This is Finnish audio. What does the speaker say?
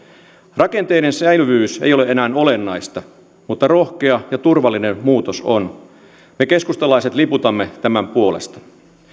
rakenteiden säilyvyys ei ole enää olennaista mutta rohkea ja turvallinen muutos on me keskustalaiset liputamme tämän puolesta